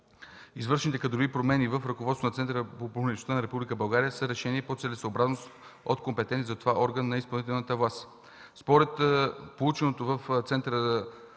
извършените кадрови промени в ръководството на Центъра на промишлеността на Република България са решени по целесъобразност от компетентния за това орган на изпълнителната власт. Според полученото в Центъра